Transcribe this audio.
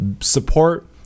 support